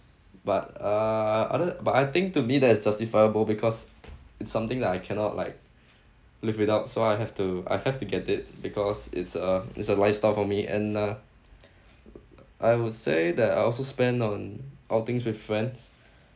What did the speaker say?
but uh other but I think to me that is justifiable because it's something that I cannot like live without so I have to I have to get it because it's a it's a lifestyle for me and uh I would say that I also spend on outings with friends